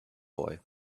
boy